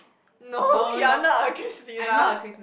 no you're not a Christina